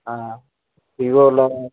ஆ விவோல